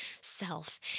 self